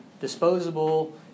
disposable